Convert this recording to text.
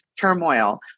turmoil